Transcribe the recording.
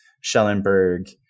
Schellenberg